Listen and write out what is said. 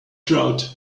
crowd